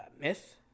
myth